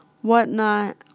whatnot